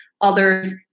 others